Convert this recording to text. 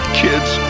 kids